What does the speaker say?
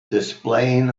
displaying